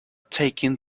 taking